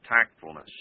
tactfulness